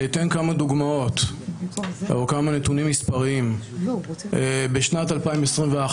אני אתן כמה דוגמאות או כמה נתונים מספריים: בשנת 2021,